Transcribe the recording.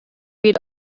read